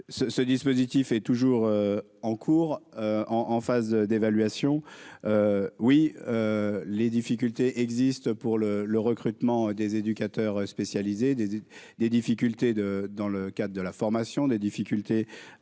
ce dispositif est toujours en cours, en en phase d'évaluation oui les difficultés existent pour le le recrutement des éducateurs spécialisés des, des, des difficultés de dans le cadre de la formation des difficultés